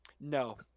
No